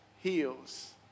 heals